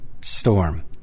storm